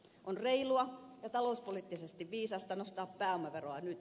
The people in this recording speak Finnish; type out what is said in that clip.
on reilua ja talouspoliittisesti viisasta nostaa pääomaveroa nyt